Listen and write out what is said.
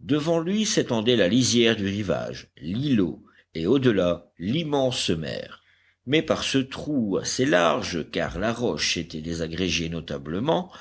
devant lui s'étendait la lisière du rivage l'îlot et au delà l'immense mer mais par ce trou assez large car la roche s'était désagrégée notablement